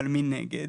אבל מנגד,